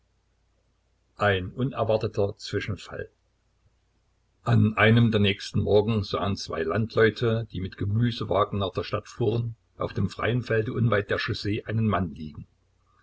ein unerwarteter zwischenfall an einem der nächsten morgen sahen zwei landleute die mit gemüsewagen nach der stadt fuhren auf dem freien felde unweit der chaussee einen mann liegen